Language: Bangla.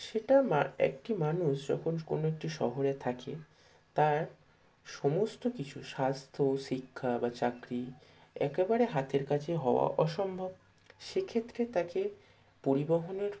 সেটা মা একটি মানুষ যখন কোনো একটি শহরে থাকে তার সমস্ত কিছু স্বাস্থ্য শিক্ষা বা চাকরি একেবারে হাতের কাছে হওয়া অসম্ভব সে ক্ষেত্রে তাকে পরিবহনের